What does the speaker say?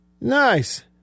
Nice